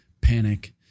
panic